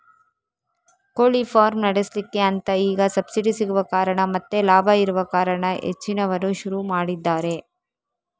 ಕೋಳಿ ಫಾರ್ಮ್ ನಡೆಸ್ಲಿಕ್ಕೆ ಅಂತ ಈಗ ಸಬ್ಸಿಡಿ ಸಿಗುವ ಕಾರಣ ಮತ್ತೆ ಲಾಭ ಇರುವ ಕಾರಣ ಹೆಚ್ಚಿನವರು ಶುರು ಮಾಡಿದ್ದಾರೆ